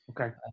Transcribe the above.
Okay